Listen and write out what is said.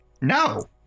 No